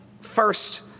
first